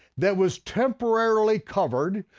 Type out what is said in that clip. that was temporarily covered,